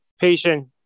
Patient